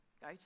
Go